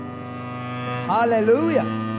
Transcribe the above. hallelujah